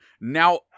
now